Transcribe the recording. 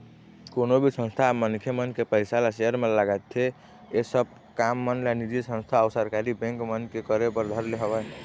कोनो भी संस्था ह मनखे मन के पइसा ल सेयर म लगाथे ऐ सब काम मन ला निजी संस्था अऊ सरकारी बेंक मन करे बर धर ले हवय